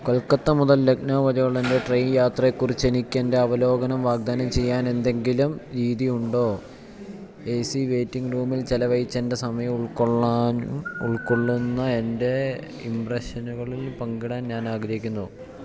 കൊൽക്കത്ത മുതൽ ലക്നൗ വരെയുള്ള എൻ്റെ ട്രെയിൻ യാത്രയെക്കുറിച്ച് എനിക്കെൻ്റെ അവലോകനം വാഗ്ദാനം ചെയ്യാനെന്തെങ്കിലും രീതിയുണ്ടോ എ സി വെയ്റ്റിംഗ് റൂമിൽ ചെലവഴിച്ച എൻ്റെ സമയം ഉൾക്കൊള്ളുന്ന എൻ്റെ ഇംപ്രഷനുകള് പങ്കിടാൻ ഞാനാഗ്രഹിക്കുന്നു